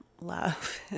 love